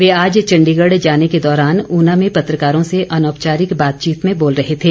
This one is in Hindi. वे आज चण्डीगढ़ जाने के दौरान ऊना में पत्रकारों से अनौपचारिक बातचीत में बोल रहे थे